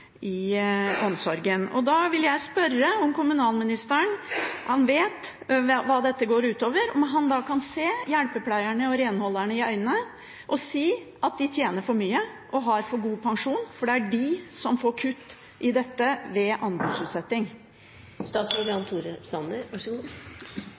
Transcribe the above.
omsorgen. Da vil jeg spørre kommunalministeren – han vet hva dette går ut over – om han kan se hjelpepleierne og renholderne i øynene og si at de tjener for mye og har for god pensjon, for det er de som får kutt i dette ved anbudsutsetting.